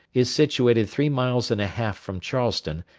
is situated three miles and a half from charleston,